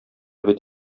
бит